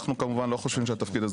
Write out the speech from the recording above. אנחנו כמובן לא חושבים שהתפקיד הזה